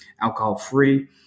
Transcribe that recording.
Alcohol-Free